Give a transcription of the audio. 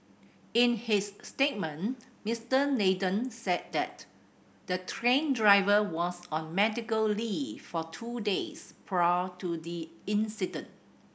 in his statement Mister Nathan said that the train driver was on medical leave for two days prior to the incident